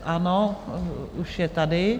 Ano, už je tady.